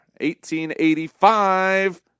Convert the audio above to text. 1885